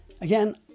Again